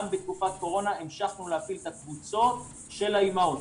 גם בתקופת קורונה המשכנו להפעיל את הקבוצות של האימהות.